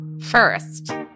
First